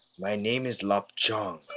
my name is lapchung.